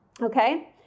Okay